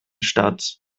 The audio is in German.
statt